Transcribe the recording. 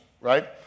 right